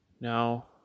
Now